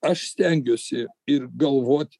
aš stengiuosi ir galvot